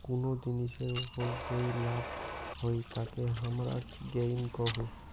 কুনো জিনিসের ওপর যেই লাভ হই তাকে হামারা গেইন কুহু